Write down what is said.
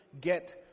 get